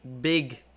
big